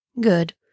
Good